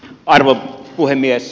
arvon puhemies